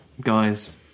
guys